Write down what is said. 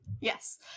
Yes